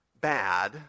bad